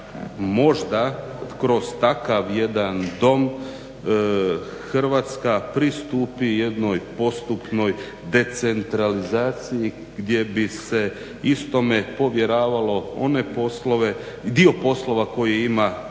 možda kroz takav jedan dom Hrvatska pristupi jednoj postupnoj decentralizaciji gdje bi se istome povjeravalo one poslove, dio poslova